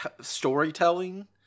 storytelling